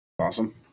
awesome